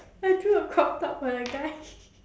I drew a crop top for the guy